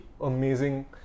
amazing